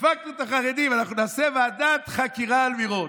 דפקנו את החרדים, אנחנו נעשה ועדת חקירה על מירון.